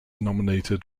nominated